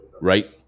Right